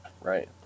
Right